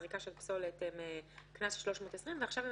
של הזריקה של פסולת הם קנס של 320. עכשיו הם